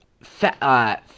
fat